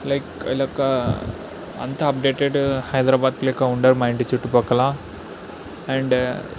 like వీళ్ళ యొక్క అంత అప్డేటెడ్ హైదరాబాద్ లెక్క ఉండరు మా ఇంటి చుట్టుపక్కల అండ్